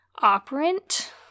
operant